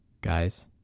guys